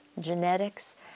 genetics